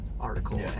article